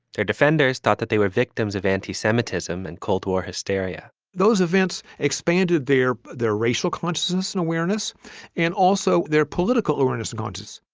their defenders thought that they were victims of anti-semitism and cold war hysteria those events expanded their their racial consciousness and awareness and also their political awareness. gonzo's.